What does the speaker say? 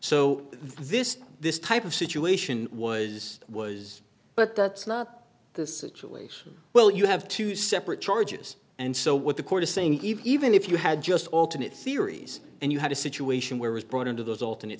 so this this type of situation was was but that's not the situation well you have two separate charges and so what the court is saying even if you had just alternate theories and you had a situation where was brought into those alternate